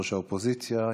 יושב-ראש האופוזיציה.